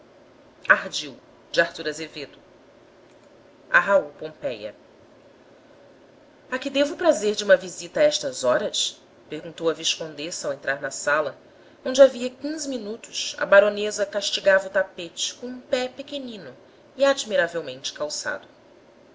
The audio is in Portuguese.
me perdoou a que devo o prazer de uma visita a estas horas perguntou a viscondessa ao entrar na sala onde havia quinze minutos a baronesa castigava o tapete com um pé pequenino e admiravelmente calçado